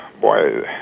boy